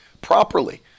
properly